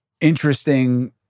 interesting